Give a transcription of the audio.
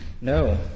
No